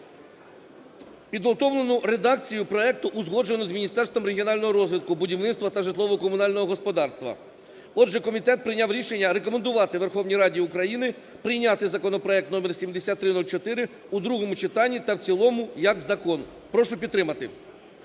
Підготовлену редакцію проекту узгоджено з Міністерством регіонального розвитку, будівництва та житлово-комунального господарства. Отже, комітет прийняв рішення рекомендувати Верховній Раді України прийняти законопроект № 7304 у другому читанні та в цілому як закон. Прошу підтримати.